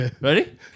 Ready